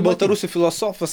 baltarusių filosofas